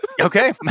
okay